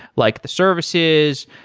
like the services,